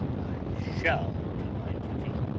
shall do my duty,